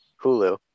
Hulu